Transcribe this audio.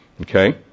Okay